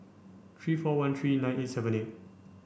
three four one three nine eight seven eight